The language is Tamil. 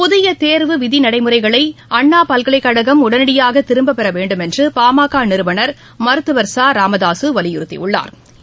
புதிய தேர்வு விதி நடைமுறைகளை அண்ணா பல்கலைக்கழகம் உடனடியாக திரும்ப்பெற வேண்டுமென்று பாமக நிறுவனா் மருத்துவா் ச ராமதாசு வலியுறுத்தியுள்ளாா்